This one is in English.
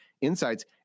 insights